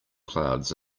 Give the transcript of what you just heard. clouds